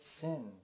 sin